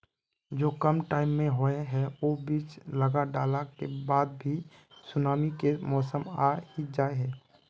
जो कम टाइम होये है वो बीज लगा डाला के बाद भी सुनामी के मौसम आ ही जाय है?